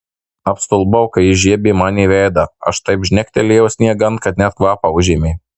apstulbau kai jis žiebė man į veidą aš taip žnektelėjau sniegan kad net kvapą užėmė